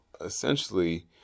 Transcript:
essentially